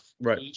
right